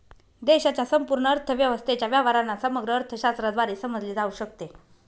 देशाच्या संपूर्ण अर्थव्यवस्थेच्या व्यवहारांना समग्र अर्थशास्त्राद्वारे समजले जाऊ शकते